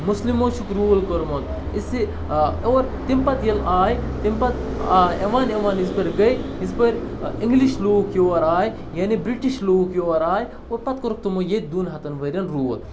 مُسلِمو چھُکھ روٗل کوٚرمُت اِسی اور تمہِ پَتہٕ ییٚلہِ آے تمہِ پَتہٕ یِوان یِوان یٔژِ پھِر گٔے یٔژٕ پھِر اِنٛگلِش لوٗکھ یور آے یعنے بِرٛٹِش لوٗکھ یور آے اور پَتہٕ کوٚرُکھ تِمو ییٚتہِ دۄن ہَتھ ؤرۍ یَن روٗل